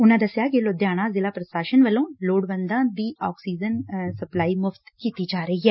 ਉਨ੍ਹਾ ਦਸਿਆ ਕਿ ਲੁਧਿਆਣਾ ਜ਼ਿਲ੍ਹਾ ਪ੍ਰਸ਼ਾਸਨ ਵੱਲੋਾ ਲੋੜਵੰਦਾਂ ਲਈ ਆਕਸੀਜਨ ਦੀ ਸਪਲਾਈ ਮੁਫ਼ਤ ਕੀਡੀ ਜਾ ਰਹੀ ਐ